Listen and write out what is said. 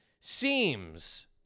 Seems